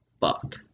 fuck